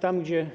Tam, gdzie